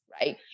right